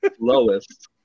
lowest